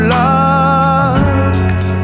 locked